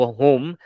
home